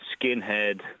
skinhead